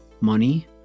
money